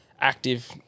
active